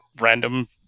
random